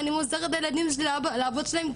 אני מוסרת את הילדים לאבות שלהם,